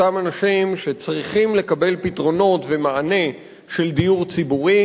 אותם אנשים שצריכים לקבל פתרונות ומענה של דיור ציבורי,